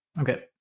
okay